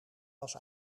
was